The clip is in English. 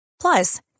Plus